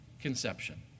conception